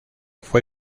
fue